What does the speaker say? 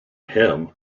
him